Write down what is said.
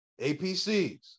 APCs